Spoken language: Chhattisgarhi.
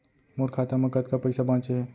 मोर खाता मा कतका पइसा बांचे हे?